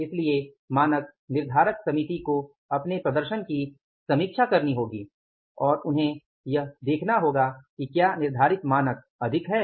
इसलिए मानक निर्धारक समिति को अपने प्रदर्शन की समीक्षा करनी होगी और उन्हें यह देखना होगा कि क्या निर्धारित मानक अधिक हैं